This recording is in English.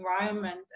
environment